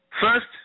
First